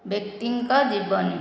ବ୍ୟକ୍ତିଙ୍କ ଜୀବନୀ